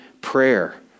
prayer